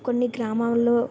కొన్ని గ్రామాల్లో